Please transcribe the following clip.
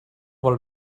vol